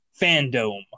Fandom